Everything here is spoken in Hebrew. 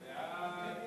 ההצעה